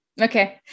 Okay